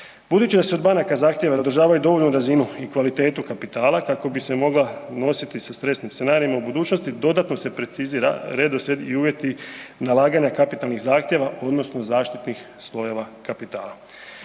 Budući da se od banaka zahtjeva da održavaju dovoljnu razinu i kvalitetu kapitala kako bi se mogla nositi sa stresnim scenarijima u budućnosti, dodatno se precizira redoslijed i uvjeti nalaganja kapitalnih zahtjeva odnosno zaštitnih slojeva kapitala.